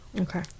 Okay